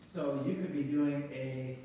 so you could be doing a